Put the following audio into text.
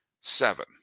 seven